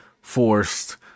forced